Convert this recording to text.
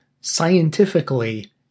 scientifically